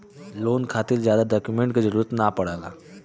loan खातिर जादा document क जरुरत न पड़ेला